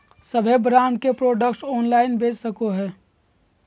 सभे ब्रांड के product online बेच सको हइ